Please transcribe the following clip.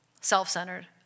self-centered